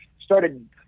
started